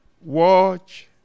Watch